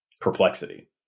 perplexity